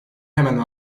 hemen